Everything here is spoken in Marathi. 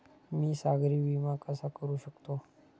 मी सागरी विमा कसा करू शकतो?